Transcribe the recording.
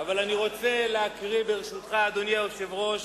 אבל אני רוצה לקרוא, ברשותך, אדוני היושב-ראש,